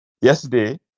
yesterday